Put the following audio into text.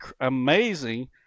amazing